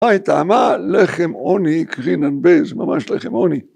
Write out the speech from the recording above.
‫היי, טעמה לחם עוני קריננבז, ‫ממש לחם עוני.